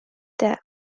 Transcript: that